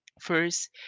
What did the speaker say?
First